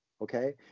Okay